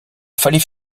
fallait